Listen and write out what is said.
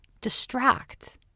Distract